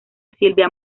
silvia